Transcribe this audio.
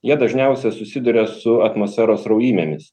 jie dažniausia susiduria su atmosferos sraujymėmis